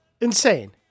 insane